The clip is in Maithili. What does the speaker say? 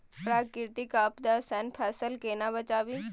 प्राकृतिक आपदा सं फसल केना बचावी?